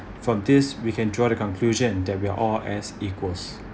from this we can draw the conclusion that we are all as equals